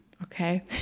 Okay